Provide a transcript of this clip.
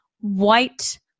white